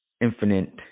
infinite